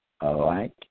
alike